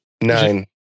Nine